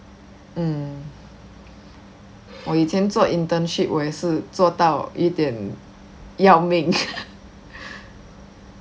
mm 我以前做 internship 我也是做到有点要命